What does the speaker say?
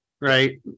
right